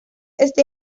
este